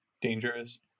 dangerous